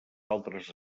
altres